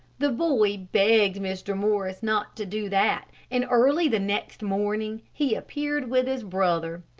the boy begged mr. morris not to do that, and early the next morning he appeared with his brother.